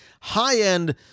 high-end